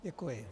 Děkuji.